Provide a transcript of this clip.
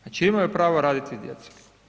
Znači imaju pravo raditi s djecom.